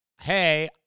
hey